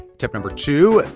tip number two,